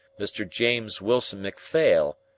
mr. james wilson macphail,